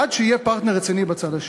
עד שיהיה פרטנר רציני בצד השני.